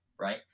right